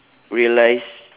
realise